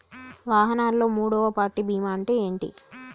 వాహనాల్లో మూడవ పార్టీ బీమా అంటే ఏంటి?